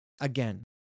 Again